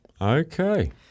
Okay